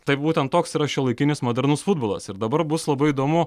tai būtent toks yra šiuolaikinis modernus futbolas ir dabar bus labai įdomu